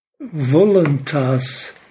voluntas